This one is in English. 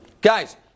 Guys